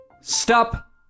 Stop